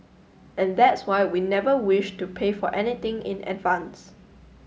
and that's why we never wished to pay for anything in advance